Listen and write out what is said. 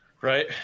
Right